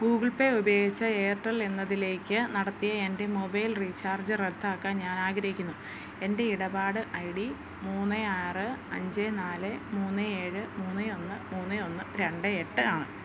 Google Pay ഉപയോഗിച്ച് Airtel എന്നതിലേക്ക് നടത്തിയ എൻ്റെ മൊബെയിൽ റീചാർജ് റദ്ദാക്കാൻ ഞാനാഗ്രഹിക്കുന്നു എൻ്റെ ഇടപാട് ഐ ഡി മൂന്ന് ആറ് അഞ്ച് നാല് മൂന്ന് ഏഴ് മൂന്ന് ഒന്ന് മൂന്ന് ഒന്ന് രണ്ട് എട്ട് ആണ്